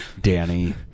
Danny